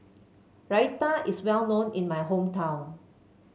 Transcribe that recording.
Raita is well known in my hometown